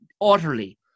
utterly